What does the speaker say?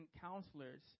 Counselors